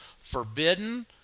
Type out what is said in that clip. Forbidden